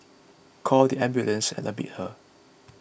called the ambulance and admitted her